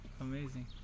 Amazing